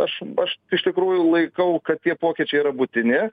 aš aš iš tikrųjų laikau kad tie pokyčiai yra būtini